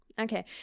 okay